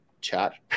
chat